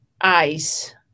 ice